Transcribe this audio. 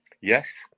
yes